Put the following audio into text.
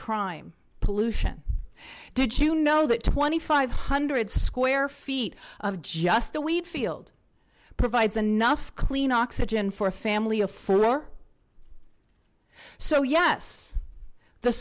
crime pollution did you know that twenty five hundred square feet of just a wheat field provides enough clean oxygen for a family of four or so yes the